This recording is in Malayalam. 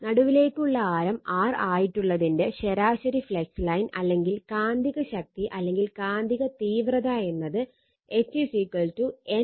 നടുവിലേക്കുള്ള ആരം R ആയിട്ടുള്ളതിന്റെ ശരാശരി ഫ്ലക്സ് ലൈൻ അല്ലെങ്കിൽ കാന്തിക ശക്തി അല്ലെങ്കിൽ കാന്തിക തീവ്രത എന്നത് H NI 2 π r ആണ്